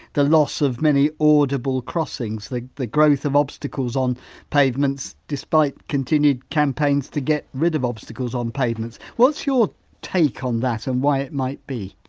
the loss of many audible crossings, the the growth of obstacles on pavements despite continued campaigns to get rid of obstacles on pavements. what's your take on that and why it might be?